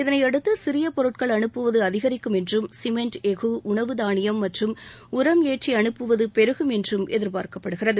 இதனையடுத்து சிறிய பொருட்கள் அனுப்புவது அதிகரிக்கும் என்றும் சிமென்ட் எஃகு உணவுதானியம் மற்றும் உரம் ஏற்றி அனுப்புவது பெருகும் என்றும் எதிர்பார்க்கப்படுகிறது